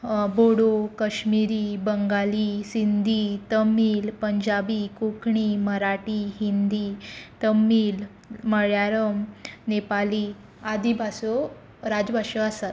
बोडो कश्मीरी बंगाली सिंधी तमीळ पंजाबी कोंकणी मराठी हिंदी तमीळ मलयाळम नेपाळी आदी भासो राज्यभाश्यो आसात